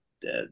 dead